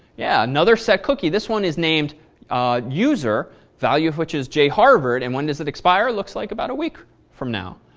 yeah, another setcookie. this one is named user value which is jharvard. and when does it expire? looks like about a week from now.